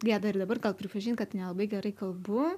gėda ir dabar gal pripažint kad nelabai gerai kalbu